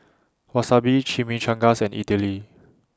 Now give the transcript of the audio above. Wasabi Chimichangas and Idili